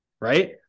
right